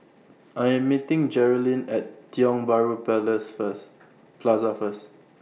I Am meeting Jerilynn At Tiong Bahru Plaza First